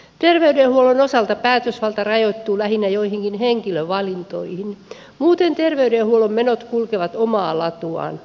terveydenhuollon osalta päätösvalta rajoittuu lähinnä joihinkin henkilövalintoihin muuten terveydenhuollon menot kulkevat omaa latuaan